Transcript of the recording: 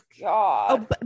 god